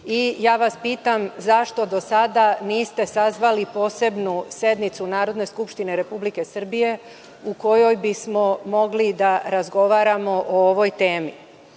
i ja vas pitam – zašto do sada niste sazvali posebnu sednicu Narodne skupštine Republike Srbije u kojoj bismo mogli da razgovaramo o ovoj